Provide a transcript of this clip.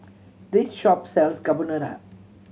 this shop sells Carbonara